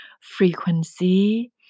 frequency